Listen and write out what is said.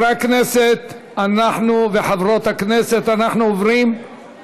אני מוסיף לפרוטוקול את קולו של חבר הכנסת אראל מרגלית,